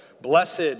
Blessed